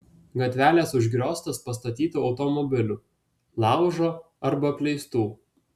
gatvelės užgrioztos pastatytų automobilių laužo arba apleistų